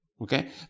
Okay